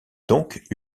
doncques